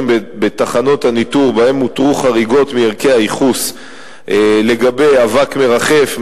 בתחנות הניטור שבהן אותרו חריגות מערכי הייחוס לגבי אבק מרחף,